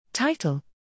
title